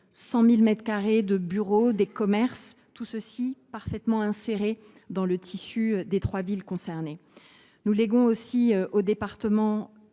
carrés de bureaux et des commerces, tout cela parfaitement inséré dans le tissu des trois villes concernées. Nous léguons aussi à la Seine